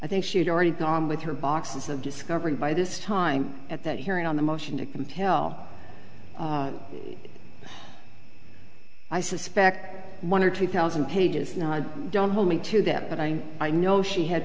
i think she'd already gone with her boxes of discovery by this time at that hearing on the motion to compel i suspect one or two thousand pages don't hold me to that but i i know she had